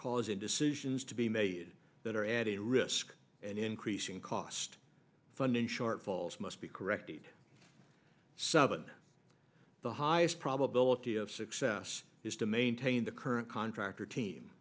causing decisions to be made that are adding risk and increasing cost funding shortfalls must be corrected seven the highest probability of success is to main again the current contractor team